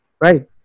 right